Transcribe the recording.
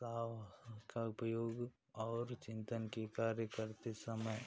साव का उपयोग और चिंतन की कार्य करते समय